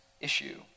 issue